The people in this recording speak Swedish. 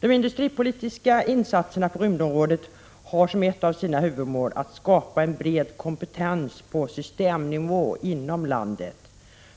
De industripolitiska insatserna på rymdområdet har som ett av sina huvudmål att skapa en bred kompetens på systemnivå inom landet.